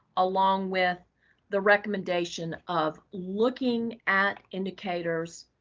along with the recommendation of looking at indicators,